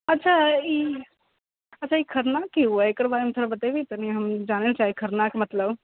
अच्छा ई अच्छा ई खरना की होइ है एकर बारे में थोड़ा बतेबै कनि हम जानय लए चाही खरना के मतलब